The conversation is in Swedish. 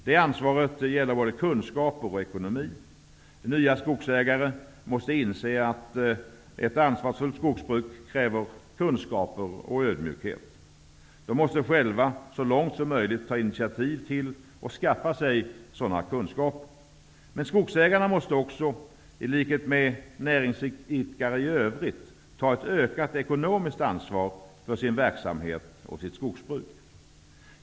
Det ansvaret gäller både kunskaper och ekonomi. Nya skogsägare måste inse att ett ansvarsfullt skogsbruk kräver kunskaper och ödmjukhet. De måste själva så långt som möjligt ta initiativ till att skaffa sig sådana kunskaper. Men skogsägarna måste också, i likhet med näringsidkare i övrigt, ta ett ökat ekonomiskt ansvar för sin verksamhet och sitt skogsbruk.